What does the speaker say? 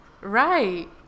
Right